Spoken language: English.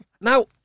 Now